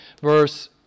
verse